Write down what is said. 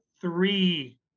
three